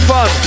Fun